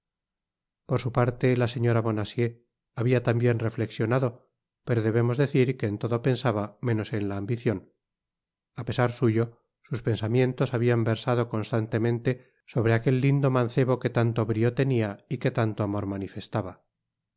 por su parte la señora bonacieux habia tambien reflexionado pero debemos decir que en todo pensaba menos en la ambicion á pesar suyo sus pensamientos habian versado constantemente sobre aquel lindo mancebo que tanto brio tenia y que tanto amor manifestaba